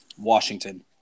Washington